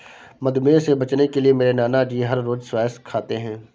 मधुमेह से बचने के लिए मेरे नानाजी हर रोज स्क्वैश खाते हैं